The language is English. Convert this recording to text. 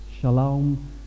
Shalom